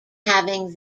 having